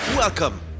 Welcome